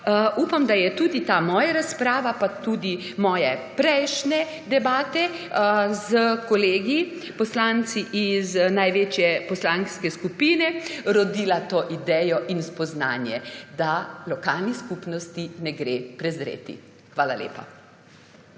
upam, da je tudi ta moja razprava, pa tudi moje prejšnje debate s kolegi poslanci iz največje poslanske skupine rodila to idejo in spoznanje, da lokalnih skupnosti ne gre prezreti. Hvala lepa.